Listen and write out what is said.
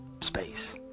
space